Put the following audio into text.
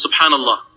subhanAllah